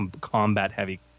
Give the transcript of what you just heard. combat-heavy